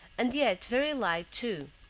and yet very light too.